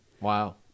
Wow